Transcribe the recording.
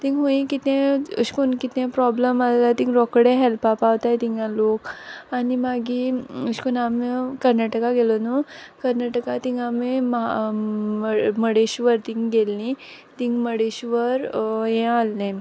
तींग हूय कितें अेश कोन्न कितें प्रोब्लम हा जाल्यार तींग रोखडे हेल्पा पावताय तिंगा लोक आनी मागी अेश कोन्न आम कर्नाटका गेलो न्हू कर्नाटका तींग आमी मुर्डेश्र्वर तींग गेल्लीं तींग मुर्डेश्र्वर हें आहलें